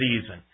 season